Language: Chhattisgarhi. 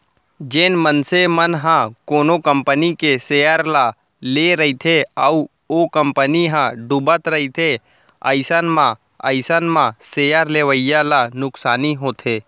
जेन मनसे मन ह कोनो कंपनी के सेयर ल लेए रहिथे अउ ओ कंपनी ह डुबत रहिथे अइसन म अइसन म सेयर लेवइया ल नुकसानी होथे